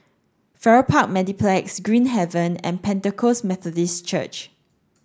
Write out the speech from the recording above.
Farrer Park Mediplex Green Haven and Pentecost Methodist Church